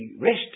rest